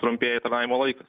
trumpėja tarnavimo laikas